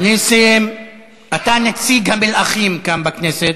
נסים, אתה נציג המלאכים כאן בכנסת.